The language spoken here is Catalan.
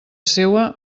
seua